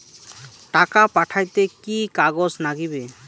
টাকা পাঠাইতে কি কাগজ নাগীবে?